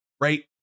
Right